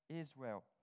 Israel